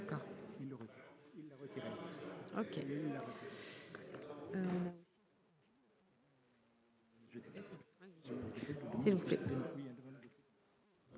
S'il vous plaît,